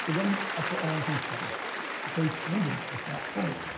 then upper arlington settled the case ended at that point.